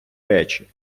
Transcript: речі